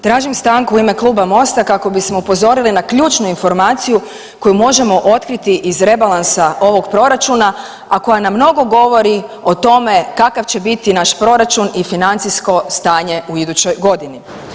Tražim stanku u ime Kluba Mosta kako bismo upozorili na ključnu informaciju koju možemo otkriti iz rebalansa ovog proračuna, a koja nam mnogo govori o tome kakav će biti naš proračun i financijsko stanje u idućoj godini.